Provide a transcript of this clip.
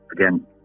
again